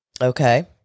Okay